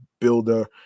builder